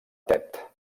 tet